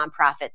nonprofits